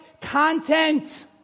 content